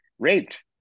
raped